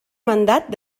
mandat